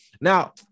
now